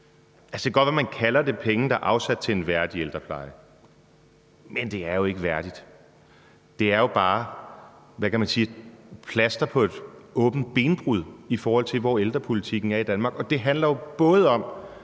det kan godt være, at man kalder det penge, der er afsat til en værdig ældrepleje, men det er jo ikke værdigt. Det er jo bare et plaster på et åbent benbrud, i forhold til hvor ældrepolitikken er i Danmark.